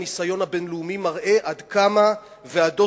אני חושב שהניסיון הבין-לאומי מראה עד כמה ועדות